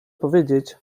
powiedzieć